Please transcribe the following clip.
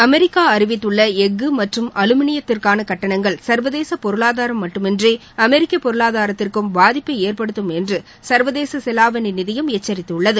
America அறிவிததுள்ள எஃகு மற்றும் அலுமினியத்திற்கான கட்டணங்கள் சர்வதேச பொருளாதாரம் மட்டுமன்றி அமெரிக்க பொருளாதாரத்திற்கும் பாதிப்பை ஏற்படுத்தும் என்று சர்வதேச செலாவணி நிதியம் எச்சரித்துள்ளது